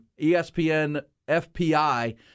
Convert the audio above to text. ESPN-FPI